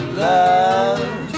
love